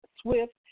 swift